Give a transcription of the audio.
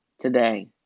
Today